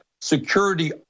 security